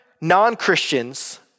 non-Christians